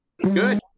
Good